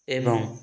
ଏବଂ